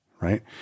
right